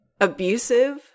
abusive